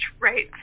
right